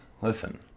Listen